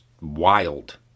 wild